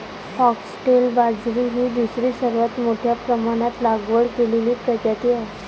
foxtail बाजरी ही दुसरी सर्वात मोठ्या प्रमाणात लागवड केलेली प्रजाती आहे